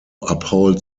uphold